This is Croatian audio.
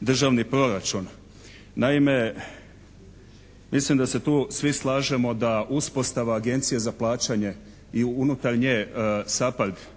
državni proračun. Naime, mislim da se tu svi slažemo da uspostava Agencije za plaćanje i unutar nje